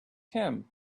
him